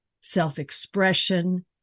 self-expression